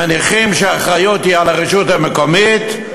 מניחים שהאחריות היא על הרשות המקומית,